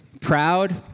Proud